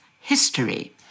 history